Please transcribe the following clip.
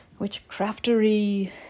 witchcraftery